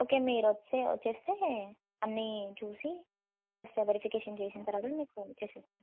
okay మీరు వచ్చేస్తే అన్నీ చూసి ఒకసారి వెరిఫికేషన్ చేసిన తరువాతే మీకు ఫోన్ చేస్తాము